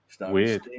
weird